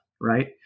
right